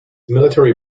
military